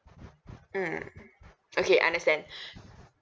mm okay understand